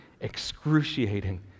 Excruciating